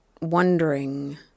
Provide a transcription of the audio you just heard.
wondering